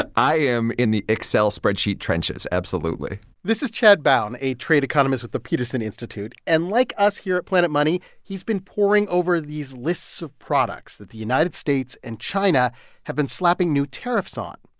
i am in the excel spreadsheet trenches, absolutely this is chad bown, a trade economist with the peterson institute. and like us here at planet money, he's been poring over these lists of products that the united states and china have been slapping new tariffs on.